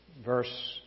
verse